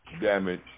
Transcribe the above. damage